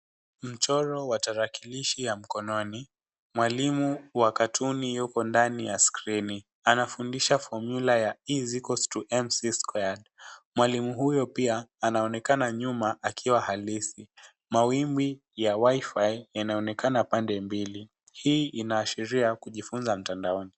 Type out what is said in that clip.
Mchoro wa tarakilishi ya mkononi, mwalimu wa katuni yupo ndani ya skrini. Anafundisha fomula ya e=mc squared . Mwalimu huyo pia, anaonekana nyuma, akiwa halisi. Mawimbi ya wifi, yanaonekana pande mbili. Hii inaashiria, kujifunza mtandaoni.